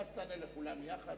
ואז השר יענה לכולם יחד.